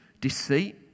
deceit